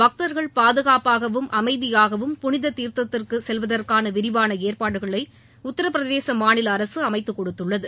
பக்தர்கள் பாதுகாப்பாகவும் அமைதியாகவும் புனித தீர்த்ததிற்கு செல்வதற்கான விரிவான ஏற்பாடுகளை உத்தர பிரதேச மாநில அரசு அமைத்துக் கொடுத்துள்ளது